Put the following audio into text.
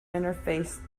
interface